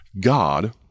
God